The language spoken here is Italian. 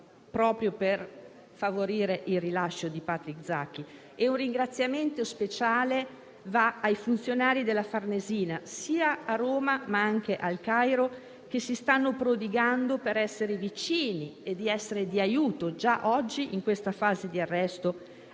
proprio per favorire il rilascio di Patrick Zaki. Un ringraziamento speciale va ai funzionari della Farnesina, sia a Roma che a Il Cairo, che si stanno prodigando per essere vicini e di aiuto già oggi, in questa fase di arresto,